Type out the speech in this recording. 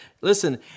listen